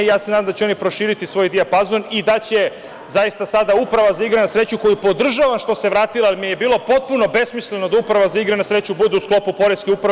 Nadam se da će oni proširiti svoju dijapazon i da će zaista Uprava za igre na sreću koju podržavam što se vratila, jer mi je bilo potpuno besmisleno da Uprava za igre na sreću bude u sklopu Poreske uprave.